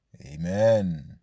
amen